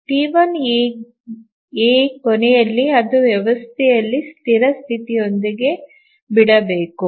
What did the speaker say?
T 1 ಎ ಕೊನೆಯಲ್ಲಿ ಅದು ವ್ಯವಸ್ಥೆಯನ್ನು ಸ್ಥಿರ ಸ್ಥಿತಿಯೊಂದಿಗೆ ಬಿಡಬೇಕು